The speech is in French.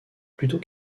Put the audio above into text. plutôt